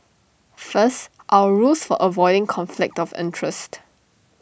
first our rules for avoiding conflict of interest